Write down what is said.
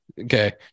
Okay